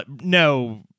no